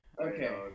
Okay